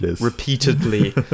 Repeatedly